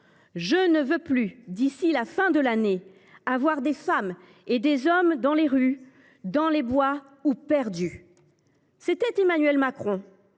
Je ne veux plus, d’ici la fin de l’année, avoir des femmes et des hommes dans les rues, dans les bois ou perdus. » Ces mots d’Emmanuel Macron